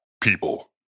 people